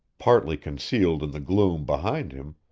partly concealed in the gloom behind him,